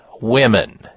women